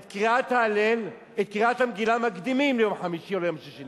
את קריאת המגילה מקדימים ליום חמישי או ליום שישי,